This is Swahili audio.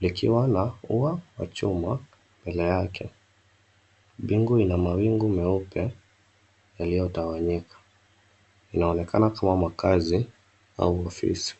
likiwa na ua wa chuma mbele yake. Bingu ina mawingu meupe yaliyotawanyika. Inaonekana kama makazi au ofisi.